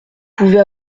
pouvez